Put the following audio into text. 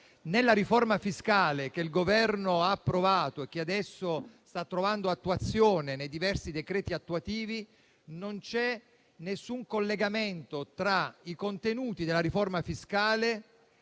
Nella riforma fiscale che il Governo ha approvato e che adesso sta trovando attuazione nei diversi decreti attuativi non c'è alcun collegamento tra i suoi contenuti e l'autonomia